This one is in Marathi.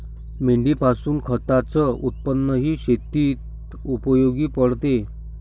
मेंढीपासून खताच उत्पन्नही शेतीत उपयोगी पडते